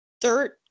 dirt